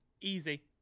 Easy